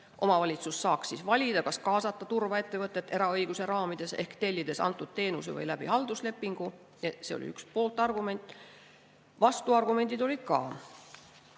Omavalitsus saaks siis valida, kas kaasata turvaettevõtted eraõiguse raamides ehk tellides teenust või siis halduslepingu alusel. See oli üks pooltargument. Vastuargumendid olid ka.